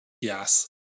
Yes